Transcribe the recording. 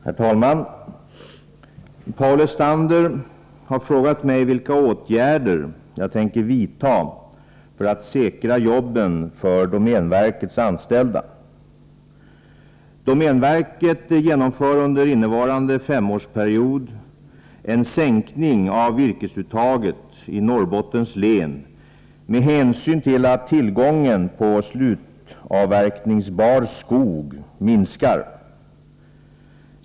Herr talman! Paul Lestander har frågat mig vilka åtgärder jag tänker vidta för att säkra jobben för domänverkets anställda. Domänverket genomför under innevarande femårsperiod en sänkning av virkesuttaget i Norrbottens län med hänsyn till att tillgången på slutavverkningsbar skog minskar.